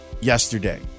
yesterday